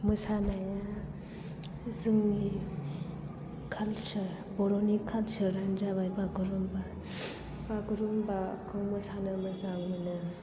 मोसानाया जोंनि कालचार बर'नि कालचारआनो जाबाय बागुरुमबा बागुरुमबाखौ मोसानो मोजां मोनो